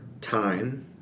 time